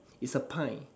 it's a pie